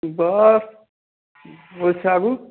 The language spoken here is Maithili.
उ बस ओइसँ आगू